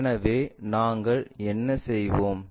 எனவே நாங்கள் என்ன செய்வோம்